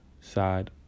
side